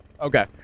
Okay